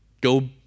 go